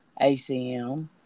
ACM